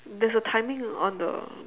there's a timing on the